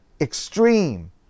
extreme